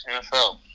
NFL